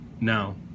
now